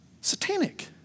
satanic